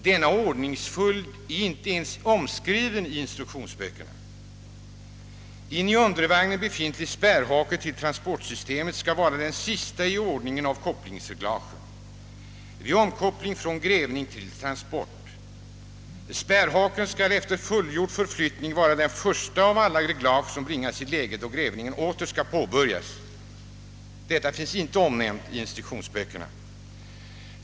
Denna ordningsföljd är inte ens omskriven, En i undervagnen befintlig spärrhake till transportsystemet skall vara det sista i ordningen av kopplingsreglagen vid omkoppling från grävning till transport. Spärrhaken skall efter fullbordad förflyttning vara det första av alla reglage, som bringas i läge då grävningen åter skall påbörjas.